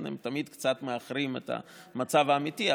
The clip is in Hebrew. הם תמיד קצת מאחרים לעומת המצב האמיתי,